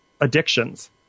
addictions